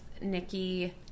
Nikki